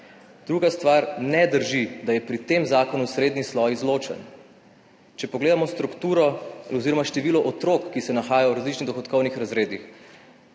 Druga stvar. Ne drži, da je pri tem zakonu srednji sloj izločen. Če pogledamo število otrok, ki se nahajajo v različnih dohodkovnih razredih,